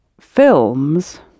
Films